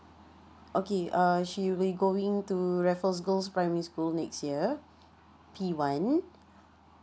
okay uh she will going to raffles girls primary school next year P one